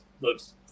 looks